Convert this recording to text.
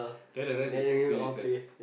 then the rest is to play recess